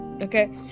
Okay